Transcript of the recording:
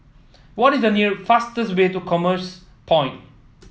what is the near fastest way to Commerce Point